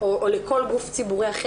אני בטוחה שלא היית רוצה את החוויה הזאת.